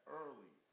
early